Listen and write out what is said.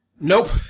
Nope